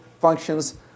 functions